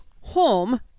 home